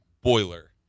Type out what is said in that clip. Boiler